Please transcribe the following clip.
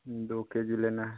दो K G लेना है